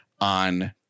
on